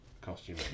costume